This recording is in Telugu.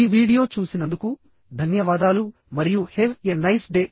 ఈ వీడియో చూసినందుకు ధన్యవాదాలు మరియు హేవ్ ఎ నైస్ డే